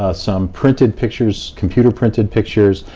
ah some printed pictures, computer printed pictures.